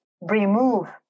remove